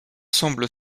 semble